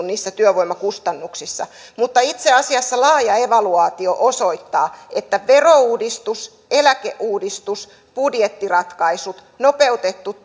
niissä työvoimakustannuksissa mutta itse asiassa laaja evaluaatio osoittaa että verouudistus eläkeuudistus budjettiratkaisut nopeutettu